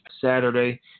saturday